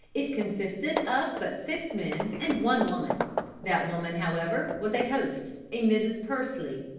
it consisted of but six men and one woman that woman, however, was a host a mrs. pursley.